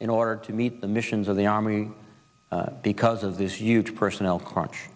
in order to meet the missions of the army because of this huge personnel crunch